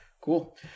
Cool